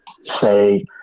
say